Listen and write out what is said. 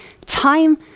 time